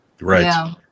Right